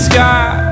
Sky